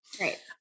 Right